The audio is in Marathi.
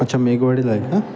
अच्छा मेघवाडीला आहे का